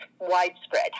widespread